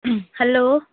hello